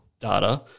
data